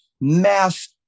mass